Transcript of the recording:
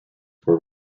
were